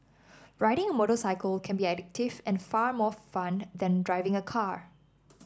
riding a motorcycle can be addictive and far more fun than driving a car